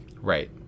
Right